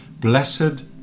Blessed